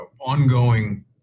ongoing